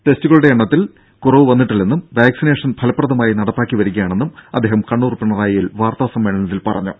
ടെസ്റ്റുകളുടെ എണ്ണത്തിൽ കുറവു വന്നിട്ടില്ലെന്നും വാക്സിനേഷൻ ഫലപ്രദമായി നടപ്പാക്കി വരികയാണെന്നും അദ്ദേഹം കണ്ണൂർ പിണറായിയിൽ വാർത്താ സമ്മേളനത്തിൽ പറഞ്ഞു